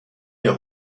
der